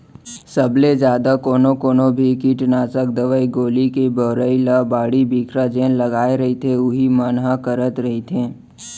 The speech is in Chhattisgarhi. सब ले जादा कोनो कोनो भी कीटनासक दवई गोली के बउरई ल बाड़ी बखरी जेन लगाय रहिथे उही मन ह करत रहिथे